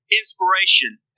inspiration